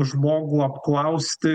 žmogų apklausti